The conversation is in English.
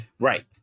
Right